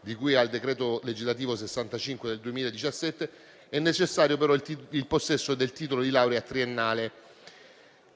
di cui al decreto legislativo n. 65 del 2017, è necessario il possesso del titolo di laurea triennale,